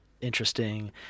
interesting